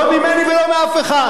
לא ממני ולא מאף אחד.